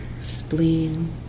spleen